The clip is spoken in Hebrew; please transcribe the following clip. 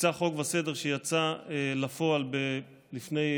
מבצע חוק וסדר, שיצא לפועל לפני יומיים,